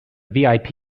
vip